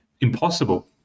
impossible